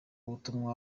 butumwa